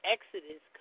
Exodus